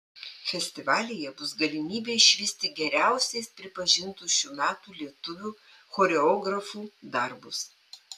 festivalyje bus galimybė išvysti geriausiais pripažintus šių metų lietuvių choreografų darbus